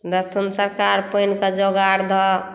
देथुन सरकार पानिके जोगाड़ तऽ